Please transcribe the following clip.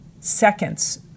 seconds